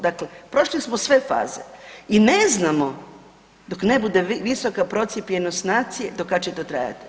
Dakle, prošli smo sve faze i ne znamo dok ne bude visoka procijepljenost nacije do kad će to trajati.